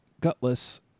Gutless